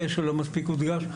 ולא מספיק הודגש.